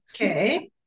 Okay